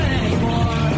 anymore